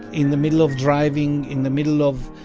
in the middle of driving, in the middle of,